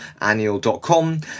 annual.com